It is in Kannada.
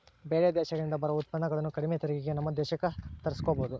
ಬೇರೆ ದೇಶಗಳಿಂದ ಬರೊ ಉತ್ಪನ್ನಗುಳನ್ನ ಕಡಿಮೆ ತೆರಿಗೆಗೆ ನಮ್ಮ ದೇಶಕ್ಕ ತರ್ಸಿಕಬೊದು